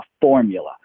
formula